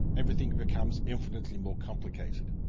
everything becomes infinitely more complicated.